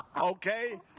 Okay